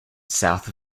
south